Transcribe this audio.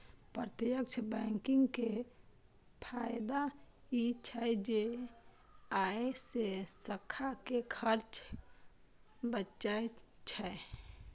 प्रत्यक्ष बैंकिंग के फायदा ई छै जे अय से शाखा के खर्च बचै छै